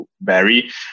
vary